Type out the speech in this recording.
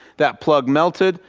that plug melted,